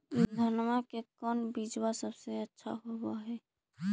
धनमा के कौन बिजबा सबसे अच्छा होव है?